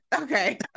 okay